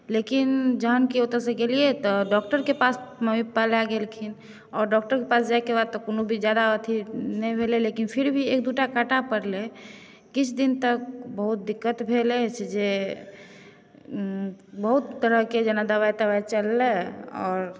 लेकिन जहन कि ओतऽ सँ गेलियै तऽ डॉक्टरके पास मम्मी पापा लऽ गेलखिन आओर डॉक्टरके पास जायके बाद तऽ कोनो भी ज्यादा अथी नहि भेलै लेकिन फिर भी एक दू टा काँटा पड़लै किछ दिन तक बहुत दिक्कत भेल अछि जे बहुत तरहके जेना दबाइ तबाइ चललै आओर